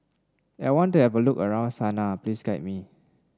I want to have a look around Sanaa please guide me